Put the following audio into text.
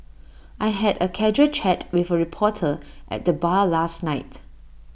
I had A casual chat with A reporter at the bar last night